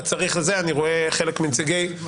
אתה צריך זה אני רואה חלק מנציגי -- אבל